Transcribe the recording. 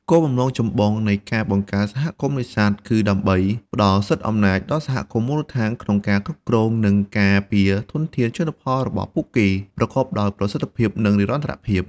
គោលបំណងចម្បងនៃការបង្កើតសហគមន៍នេសាទគឺដើម្បី ផ្ដល់សិទ្ធិអំណាច ដល់សហគមន៍មូលដ្ឋានក្នុងការគ្រប់គ្រង និងការពារធនធានជលផលរបស់ពួកគេ ប្រកបដោយប្រសិទ្ធភាព និងនិរន្តរភាព។